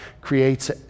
creates